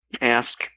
ask